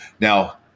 now